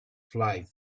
flight